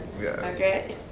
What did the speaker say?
Okay